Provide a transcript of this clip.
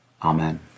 Amen